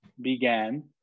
began